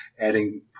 adding